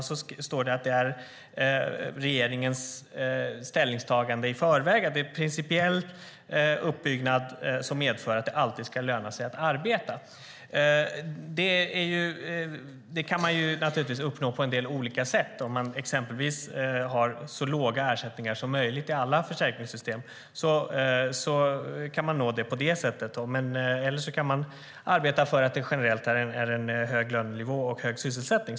Det står att det är regeringens ställningstagande i förväg att försäkringarna ska ha en principiell uppbyggnad som medför att det alltid ska löna sig att arbeta. Det kan man naturligtvis uppnå på en del olika sätt, exempelvis om man har så låga ersättningar som möjligt i alla försäkringssystem. Eller så kan man arbeta för en generellt hög lönenivå och hög sysselsättning.